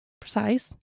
precise